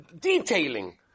detailing